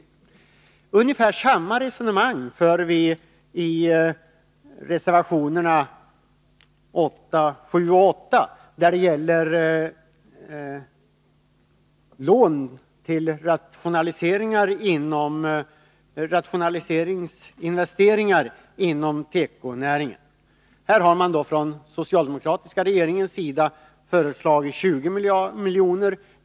Vi för ungefär samma resonemang i reservationerna 7 och 8, som gäller lån till rationaliseringsinvesteringar inom tekonäringen. På den punkten har den socialdemokratiska regeringen föreslagit 20 milj.kr.